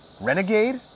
Renegade